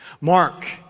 Mark